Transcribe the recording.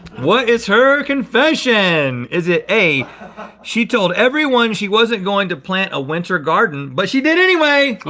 what is her confession? is it a she told everyone she wasn't going to plant a winter garden but she did anyway.